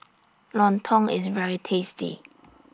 Lontong IS very tasty